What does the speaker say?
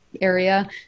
area